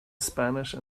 spanish